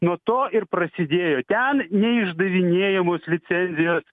nuo to ir prasidėjo ten neišdavinėjamos licencijos